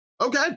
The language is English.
Okay